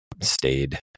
stayed